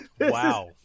Wow